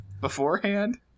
beforehand